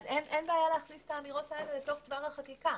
אין בעיה להכניס אותן לדבר החקיקה,